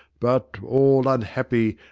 but, all unhappy!